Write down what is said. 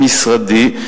במשרדי,